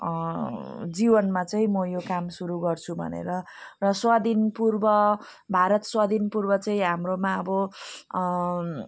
जीवनमा चाहिँ म यो काम सुरु गर्छु भनेर र स्वाधीनपूर्व भारत स्वाधीनपूर्व चाहिँ हाम्रोमा अब